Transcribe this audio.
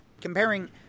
comparing